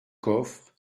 coffre